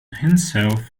himself